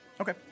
Okay